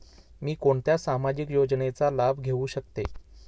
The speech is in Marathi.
मी कोणत्या सामाजिक योजनेचा लाभ घेऊ शकते?